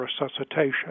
resuscitation